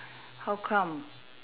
how come